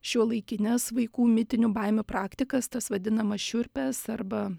šiuolaikines vaikų mitinių baimių praktikas tas vadinamas šiurpes arba